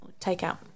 takeout